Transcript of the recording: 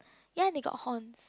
ya they got horns